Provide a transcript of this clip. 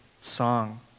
song